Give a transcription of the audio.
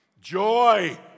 Joy